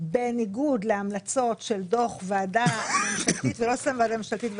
בניגוד להמלצות של דוח ועדה ממשלתית?